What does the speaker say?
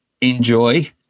enjoy